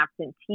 absentee